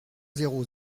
zéro